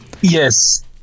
Yes